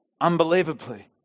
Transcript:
unbelievably